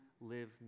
live